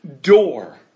door